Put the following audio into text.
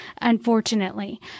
unfortunately